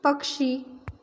पक्षी